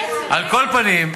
על כל פנים,